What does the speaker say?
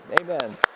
Amen